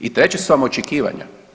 I treće su vam očekivanja.